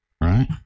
Right